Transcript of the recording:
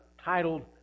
titled